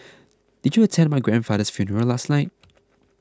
did you attend my grandfather's funeral last night